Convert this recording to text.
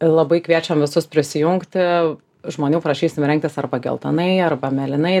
labai kviečiam visus prisijungti žmonių prašysim rengtis arba geltonai arba mėlynai